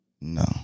No